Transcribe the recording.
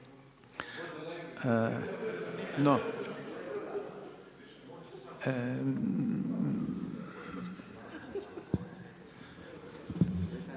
Hvala